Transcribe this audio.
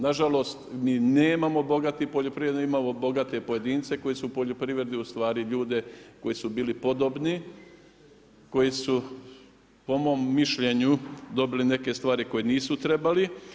Nažalost mi nemamo bogatih poljoprivrednika, imamo bogate pojedince koji su u poljoprivredi ustvari ljude koji su bili podobni, koji su po mom mišljenju dobili neke stvari koje nisu trebali.